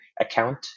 account